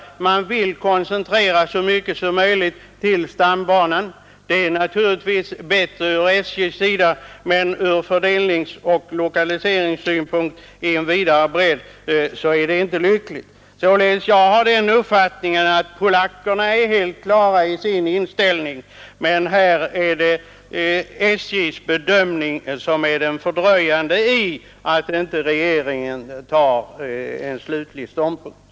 Man vill koncentrera så mycket som möjligt till stambanan. Det är naturligtvis bättre ur SJ:s synpunkt, men ur fördelningsoch lokaliseringssynpunkt i ett vidare perspektiv är det inte lyckligt. Jag har således den uppfattningen att polackerna är helt klara i sin inställning, men här är det SJ:s bedömning som fördröjer regeringens ställningstagande.